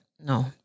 No